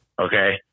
okay